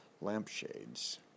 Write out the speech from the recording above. lampshades